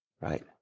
Right